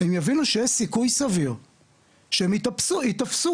הם יבינו שיש סיכוי סביר שהם ייתפסו,